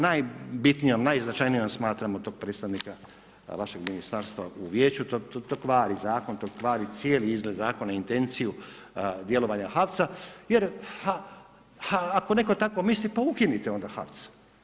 Najbitnijom i najznačajnijom smatramo tog predstavnika vaše ministarstva u vijeću, to kvari zakon, to kvari cijeli izgled zakona intenciju djelovanja HAVC-a jer ako netko tako misli pa ukinite onda HAVC.